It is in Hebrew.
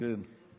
כן,